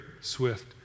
swift